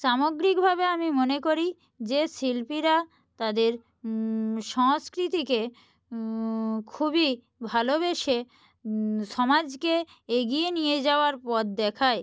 সামগ্রিকভাবে আমি মনে করি যে শিল্পীরা তাদের সংস্কৃতিকে খুবই ভালোবেসে সমাজকে এগিয়ে নিয়ে যাওয়ার পথ দেখায়